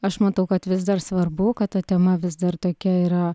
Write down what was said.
aš matau kad vis dar svarbu kad ta tema vis dar tokia yra